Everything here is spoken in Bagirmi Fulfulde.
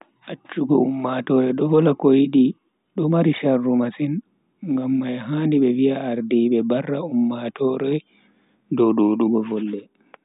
Achhugo ummatoore do vola ko yidi do mai sharru masin, ngam mai handi be viya ardiibe barra ummatoore dow dudugo volde,